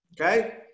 Okay